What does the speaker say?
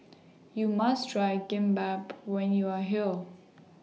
YOU must Try Kimbap when YOU Are here